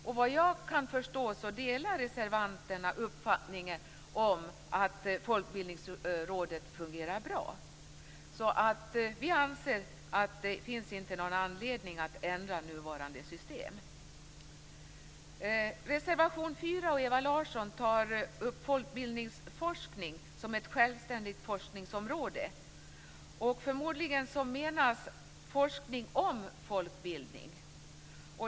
Såvitt jag kan förstå delar reservanterna uppfattningen att Folkbildningsrådet fungerar bra. Vi anser därför att det inte finns någon anledning att ändra nuvarande system. Ewa Larsson tar i reservation 4 upp folkbildningsforskning som ett självständigt forskningsområde. Förmodligen menas forskning om folkbildning.